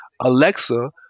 Alexa